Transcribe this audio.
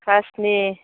खासनि